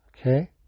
Okay